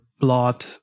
blood